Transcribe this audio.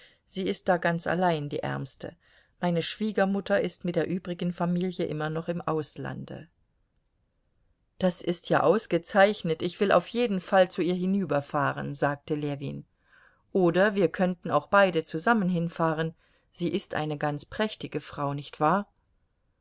sie ist da ganz allein die ärmste meine schwiegermutter ist mit der übrigen familie immer noch im auslande das ist ja ausgezeichnet ich will auf jeden fall zu ihr hinüberfahren sagte ljewin oder wir könnten auch beide zusammen hinfahren sie ist eine ganz prächtige frau nicht wahr